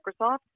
Microsoft